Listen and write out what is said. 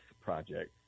project